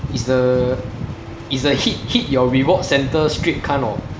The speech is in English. it's the it's the hit hit your reward centre street kind of